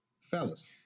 Fellas